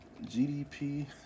GDP